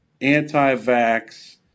anti-vax